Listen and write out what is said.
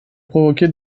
provoquer